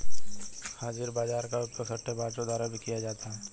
हाजिर बाजार का उपयोग सट्टेबाजों द्वारा भी किया जाता है